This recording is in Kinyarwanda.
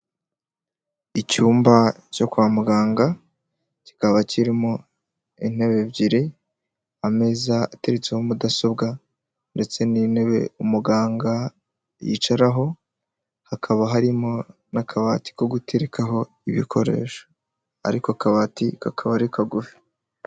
Icyumba cyo kwa muganga, kikaba kirimo intebe ebyiri, ameza ateretseho mudasobwa, ndetse n'intebe umuganga yicaraho, hakaba harimo n'akabati ko guterekaho ibikoresho, ariko akabati kakaba ari kagufi.